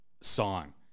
song